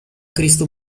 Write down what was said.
cristo